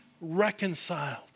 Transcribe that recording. reconciled